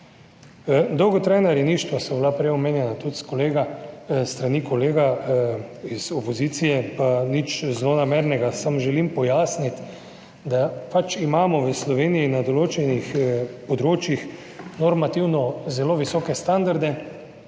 dolgotrajna rejništva so bila prej omenjena s strani kolega iz opozicije, pa nič zlonamernega, samo želim pojasniti, da imamo v Sloveniji na določenih področjih normativno zelo visoke standarde,